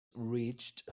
reached